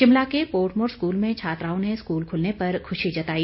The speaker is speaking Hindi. शिमला के पोर्टमोर स्कूल में छात्राओं ने स्कूल खुलने पर खुशी जताई